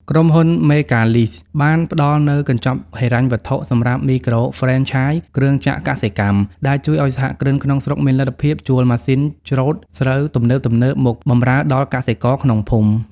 ក្រុមហ៊ុន មេហ្គាឡីស (Mega Lease) បានផ្ដល់នូវកញ្ចប់ហិរញ្ញវត្ថុសម្រាប់មីក្រូហ្វ្រេនឆាយគ្រឿងចក្រកសិកម្ម ដែលជួយឱ្យសហគ្រិនក្នុងស្រុកមានលទ្ធភាពជួលម៉ាស៊ីនច្រូតស្រូវទំនើបៗមកបម្រើដល់កសិករក្នុងភូមិ។